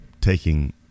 taking